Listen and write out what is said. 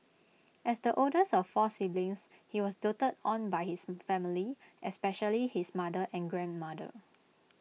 as the oldest of four siblings he was doted on by his family especially his mother and grandmother